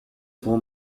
for